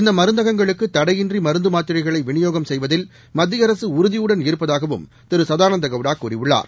இந்த மருந்தகங்களுக்கு தடையின்றி மருந்து மாத்திரைகளை விநிபோகம் செய்வதில் மத்திய அரசு உறுதியுடன் இருப்பதாகவும் திரு சதானந்த கவுடா கூறியுள்ளார்